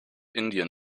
indien